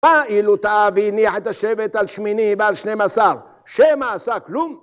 פעיל אותה והניח את השבט על שמיני ועל שנים עשר. שמא עשה כלום?